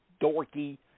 dorky